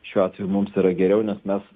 šiuo atveju mums yra geriau nes mes